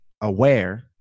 aware